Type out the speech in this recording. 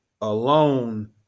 alone